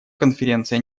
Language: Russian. конференция